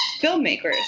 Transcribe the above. filmmakers